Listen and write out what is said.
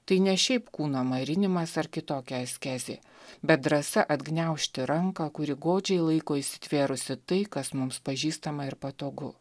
tai ne šiaip kūno marinimas ar kitokia askezė bet drąsa atgniaužti ranką kuri godžiai laiko įsitvėrusi tai kas mums pažįstama ir patogu